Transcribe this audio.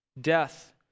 death